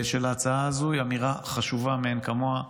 היא אמירה חשובה מאין כמוה.